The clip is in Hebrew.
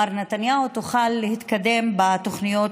תוכל להתקדם בתוכניות,